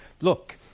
Look